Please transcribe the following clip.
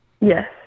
Yes